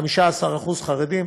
15% חרדים,